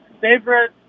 favorite